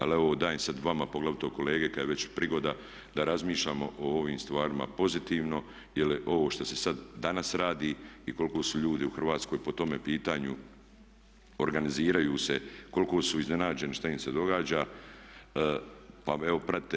Ali evo dajem sad vama, poglavito kolege kad je već prigoda da razmišljamo o ovim stvarima pozitivno jer ovo što se sad danas radi i koliko su ljudi u Hrvatskoj po tome pitanju organiziraju se, koliko su iznenađeni šta im se događa, pa evo pratite.